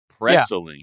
pretzeling